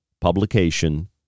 publication